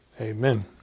amen